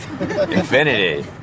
Infinity